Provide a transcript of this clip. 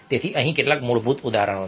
તેથી અહીં કેટલાક મૂળભૂત ઉદાહરણો છે